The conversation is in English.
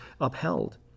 upheld